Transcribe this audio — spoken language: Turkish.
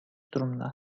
durumda